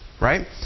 right